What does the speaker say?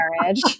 marriage